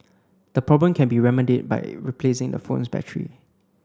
the problem can be remedied by replacing the phone's battery